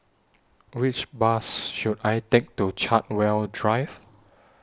Which Bus should I Take to Chartwell Drive